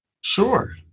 Sure